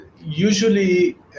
usually